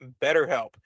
BetterHelp